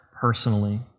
personally